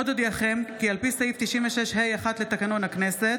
עוד אודיעכם כי על פי סעיף 96(ה)(1) לתקנון הכנסת,